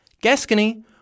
Gascony